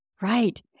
right